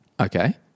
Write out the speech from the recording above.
okay